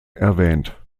erwähnt